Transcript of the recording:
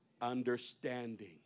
understanding